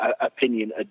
opinion